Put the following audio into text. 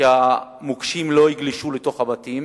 שהמוקשים לא יגלשו לתוך הבתים